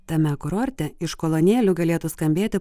tame kurorte iš kolonėlių galėtų skambėt